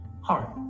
heart